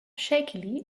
shakily